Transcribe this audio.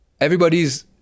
everybody's